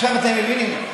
אתם מבינים,